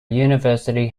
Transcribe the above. university